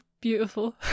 beautiful